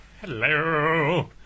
Hello